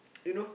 you know